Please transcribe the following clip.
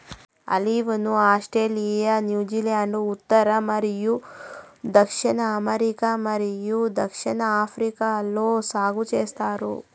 olive ను Australia, New Zealand, ఉత్తర మరియు దక్షిణ అమెరికా మరియు దక్షిణాఫ్రికాలో సాగు చేస్తారు